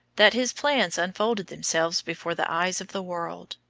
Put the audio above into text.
that his plans unfolded themselves before the eyes of the world.